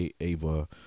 Ava